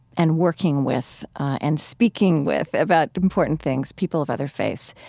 and working with and speaking with, about important things, people of other faiths,